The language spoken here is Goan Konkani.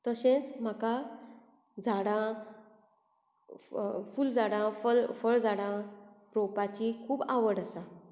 तशेंच म्हाका झाडां फुलझाडां फळझाडां रोंवपाची खूब आवड आसा